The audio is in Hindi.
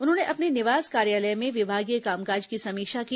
उन्होंने अपने निवास कार्यालय में विभागीय कामकाज की समीक्षा की